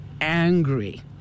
angry